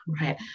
right